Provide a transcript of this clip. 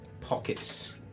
pockets